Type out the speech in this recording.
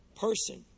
person